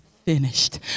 Finished